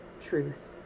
truth